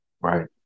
right